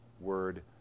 word